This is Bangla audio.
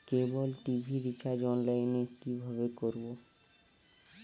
কেবল টি.ভি রিচার্জ অনলাইন এ কিভাবে করব?